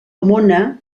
mona